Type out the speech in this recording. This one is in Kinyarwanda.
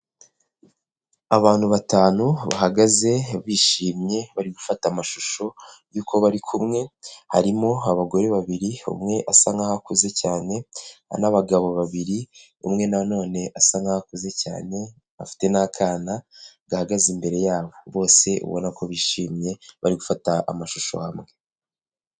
Abantu batanu bahagaze bishimye bari gufata amashusho yuko bari kumwe, harimo abagore babiri umwe asa nkaho akuze cyane n'abagabo babiri umwe na none asa nkaho akuze cyane afite n'akana gahagaze imbere yabo, bose ubona ko bishimye bari gufata amashusho hamwe.